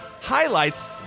highlights